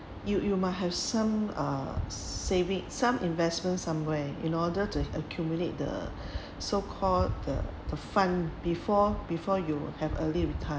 you you might have some uh saving some investments somewhere in order to accumulate the so-called the the fund before before you have early